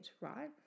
right